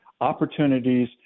opportunities